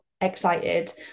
excited